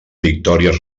victòries